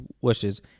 wishes